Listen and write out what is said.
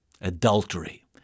Adultery